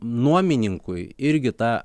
nuomininkui irgi ta